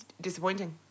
disappointing